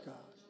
God